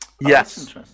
Yes